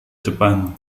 jepang